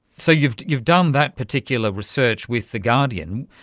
so you've you've done that particular research with the guardian,